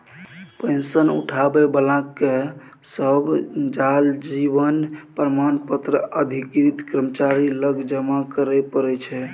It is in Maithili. पेंशन उठाबै बलाकेँ सब साल जीबन प्रमाण पत्र अधिकृत कर्मचारी लग जमा करय परय छै